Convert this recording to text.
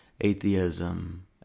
atheism